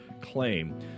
claim